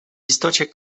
istocie